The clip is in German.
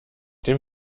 dem